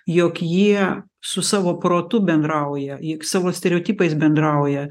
jog jie su savo protu bendrauja jie savo stereotipais bendrauja